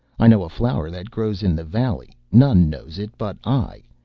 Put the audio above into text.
i know a flower that grows in the valley, none knows it but i.